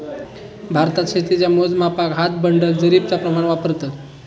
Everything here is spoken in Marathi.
भारतात शेतीच्या मोजमापाक हात, बंडल, जरीबचा प्रमाण वापरतत